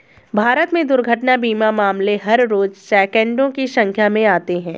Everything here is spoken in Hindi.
भारत में दुर्घटना बीमा मामले हर रोज़ सैंकडों की संख्या में आते हैं